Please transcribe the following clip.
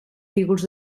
fígols